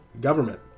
government